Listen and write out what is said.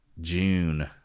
June